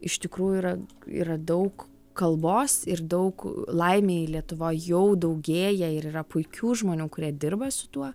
iš tikrųjų yra yra daug kalbos ir daug laimei lietuvoj jau daugėja ir yra puikių žmonių kurie dirba su tuo